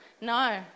No